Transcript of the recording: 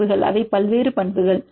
பண்புகள் அவை பல்வேறு பண்புகள்